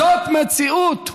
זאת מציאות.